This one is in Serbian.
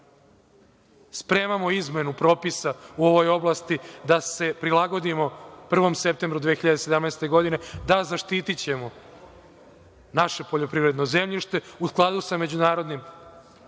spremamo izmenu propisa u ovoj oblasti da se prilagodimo 1. septembru 2017. godine, da, zaštitićemo naše poljoprivredno zemljište u skladu sa međunarodnim standardima